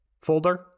folder